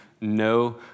no